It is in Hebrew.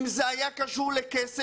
אם זה היה קשור לכסף